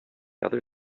other